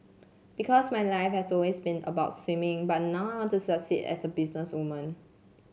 because my life has always been about swimming but now I want to succeed as a businesswoman